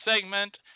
segment